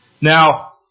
Now